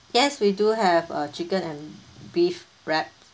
yes we do have uh chicken and beef wrap